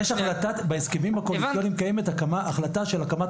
בהסכמים הקואליציוניים קיימת החלטה של הקמת